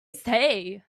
say